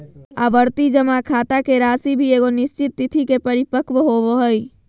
आवर्ती जमा खाता के राशि भी एगो निश्चित तिथि के परिपक्व होबो हइ